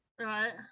Right